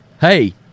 hey